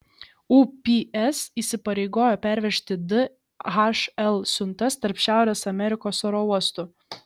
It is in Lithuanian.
ups įsipareigojo pervežti dhl siuntas tarp šiaurės amerikos oro uostų